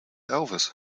elvis